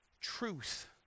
truth